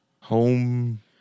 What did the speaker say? Home